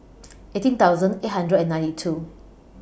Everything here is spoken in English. eighteen thousand eight hundred and ninety two